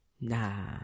Nah